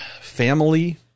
family